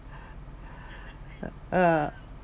uh